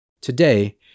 Today